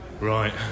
Right